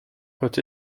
put